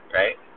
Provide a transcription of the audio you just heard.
right